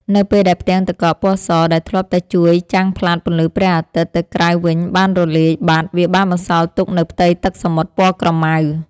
នៅពេលដែលផ្ទាំងទឹកកកពណ៌សដែលធ្លាប់តែជួយចាំងផ្លាតពន្លឺព្រះអាទិត្យទៅក្រៅវិញបានរលាយបាត់ វាបានបន្សល់ទុកនូវផ្ទៃទឹកសមុទ្រពណ៌ក្រម៉ៅ។